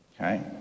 okay